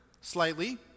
slightly